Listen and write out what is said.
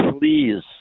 Please